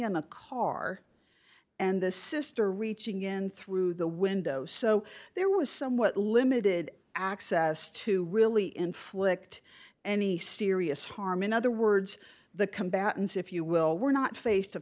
in a car and the sister reaching in through the window so there was somewhat limited access to really inflict any serious harm in other words the combatants if you will were not face to